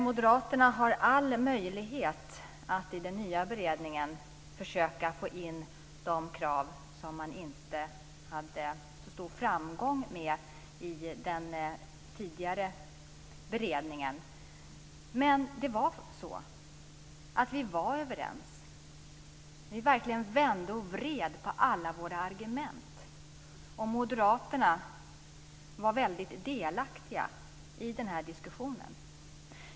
Moderaterna har alla möjligheter att i den nya beredningen försöka få in de krav som de inte hade så stor framgång med i den tidigare beredningen. Men vi var överens. Vi verkligen vände och vred på alla våra argument. Och moderaterna var väldigt delaktiga i denna diskussion.